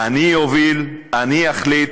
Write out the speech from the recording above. אני אוביל, אני אחליט,